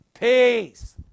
Peace